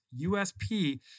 USP